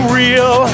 real